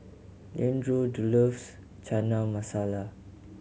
Leandro loves Chana Masala